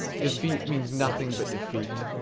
defeat means nothing but defeat,